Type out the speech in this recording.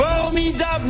formidable